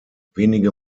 wenige